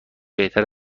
بهتر